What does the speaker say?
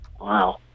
Wow